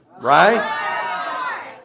right